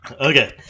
Okay